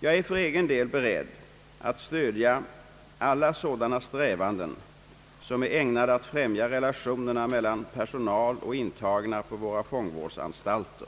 Jag är för egen del beredd att stödja alla sådana strävanden som är ägnade att främja relationerna mellan personal och intagna på våra fångvårdsanstalter.